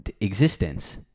existence